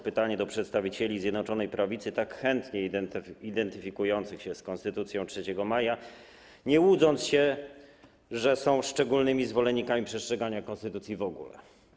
Pytanie kieruję do przedstawicieli Zjednoczonej Prawicy, tak chętnie identyfikujących się z Konstytucją 3 maja, nie łudząc się, że są szczególnymi zwolennikami przestrzegania konstytucji w ogóle.